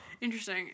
Interesting